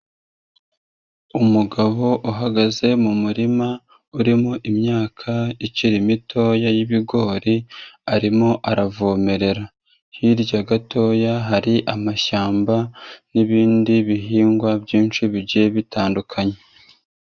Umugabo uhagaze mu murima urimo imyaka ikiri mito y'ibigori, arimo aravomerera hirya gatoya hari amashyamba n'ibindi bihingwa byinshi bigiye bitandukanye.